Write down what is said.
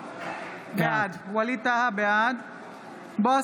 בעד בועז טופורובסקי, בעד משה